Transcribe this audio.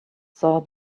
saw